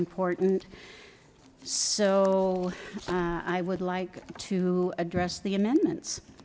important so i would like to address the amendments